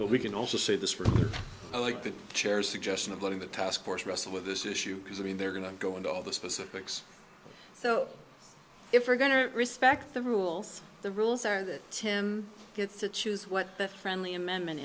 but we can also say this from like the chair suggestion of letting the task force wrestle with this issue because i mean they're going to go into all the specifics so if we're going to respect the rules the rules are that tim gets to choose what the friendly amendment